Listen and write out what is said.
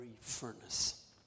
furnace